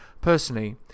Personally